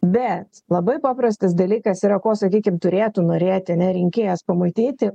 bet labai paprastas dalykas yra ko sakykim turėtų norėti ane rinkėjas pamatyti